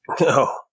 No